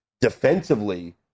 defensively